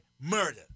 murder